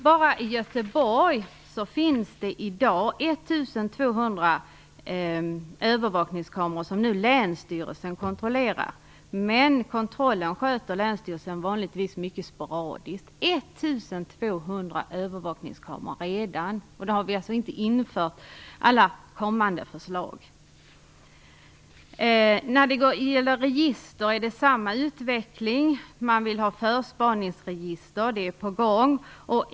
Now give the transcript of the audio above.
Bara i Göteborg finns det i dag 1 200 övervakningskameror som länsstyrelsen kontrollerar. Men länsstyrelsen sköter vanligtvis kontrollen mycket sporadiskt. 1 200 övervakningskameror finns alltså redan, och då har vi inte infört allt det som kommande förslag innebär. Det är samma utveckling när det gäller register. Man vill ha förspaningsregister, och det är på gång.